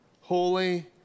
holy